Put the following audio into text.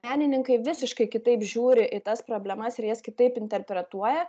menininkai visiškai kitaip žiūri į tas problemas ir jas kitaip interpretuoja